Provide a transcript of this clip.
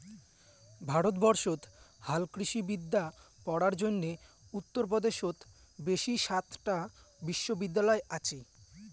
ভারতবর্ষত হালকৃষিবিদ্যা পড়ার জইন্যে উত্তর পদেশত বেশি সাতটা বিশ্ববিদ্যালয় আচে